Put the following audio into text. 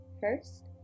First